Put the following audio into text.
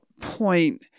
point